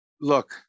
look